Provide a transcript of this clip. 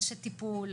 אנשי טיפול,